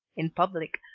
in public,